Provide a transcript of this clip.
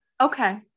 Okay